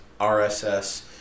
rss